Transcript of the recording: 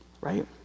Right